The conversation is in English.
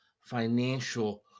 financial